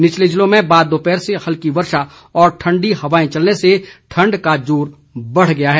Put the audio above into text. निचले जिलों में बाद दोपहर से हल्की वर्षा व ठंडी हवाएं चलने से ठंड का जोर बढ़ गया है